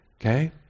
Okay